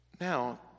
now